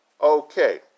Okay